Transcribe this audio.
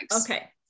Okay